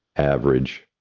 average,